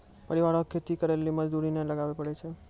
परिवारो के खेती करे लेली मजदूरी नै लगाबै पड़ै छै